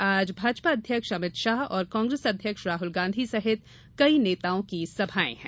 आज भाजपा अध्यक्ष अमित शाह और कांग्रेस अध्यक्ष राहुल गांधी सहित कई नेताओं की संभाएं हैं